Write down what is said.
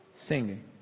Singing